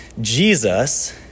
Jesus